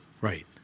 Right